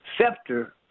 scepter